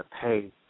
pay